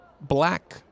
black